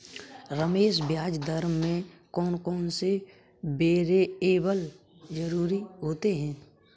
रमेश ब्याज दर में कौन कौन से वेरिएबल जरूरी होते हैं?